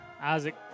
Isaac